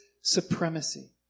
supremacy